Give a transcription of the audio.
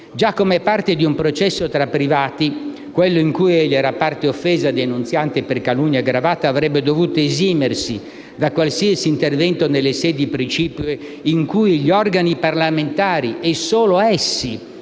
Già come parte di un processo tra privati - quello in cui egli era parte offesa denunziante per calunnia aggravata - avrebbe dovuto esimersi da qualunque intervento nelle sedi precipue in cui gli organi parlamentari, e solo essi,